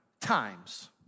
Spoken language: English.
times